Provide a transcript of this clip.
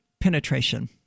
penetration